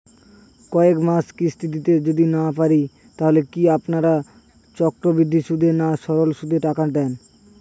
কয়েক মাস কিস্তি দিতে যদি না পারি তাহলে কি আপনারা চক্রবৃদ্ধি সুদে না সরল সুদে টাকা দেন?